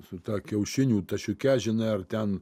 su ta kiaušinių tašiuke žinai ar ten